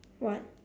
what